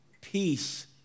peace